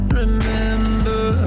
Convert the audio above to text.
remember